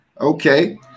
Okay